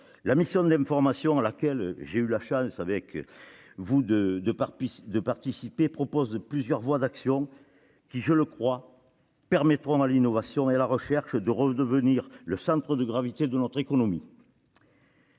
La mission d'information à laquelle j'ai eu la chance de participer propose plusieurs voies d'action, qui, je le crois, permettront à l'innovation et à la recherche de redevenir le centre de gravité de notre économie.